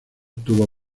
tuvo